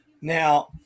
Now